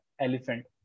elephant